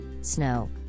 snow